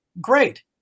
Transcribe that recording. great